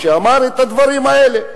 שאמר את הדברים האלה,